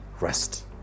Rest